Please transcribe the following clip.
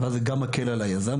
ואז זה גם מקל על היזם,